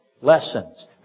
lessons